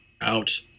Out